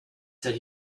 said